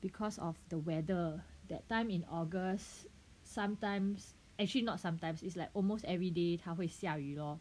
because of the weather that time in August sometimes actually not sometimes it's like almost everyday 他会下雨 lor